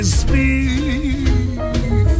speak